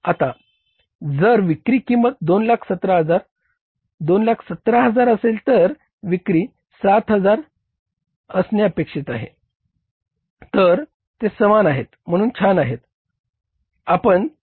आता जर विक्री किंमत 217000 217000 असेल तर विक्री 7000 7000 असणे अपेक्षित आहे तर ते सामान आहेत म्हणून छान आहे